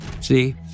See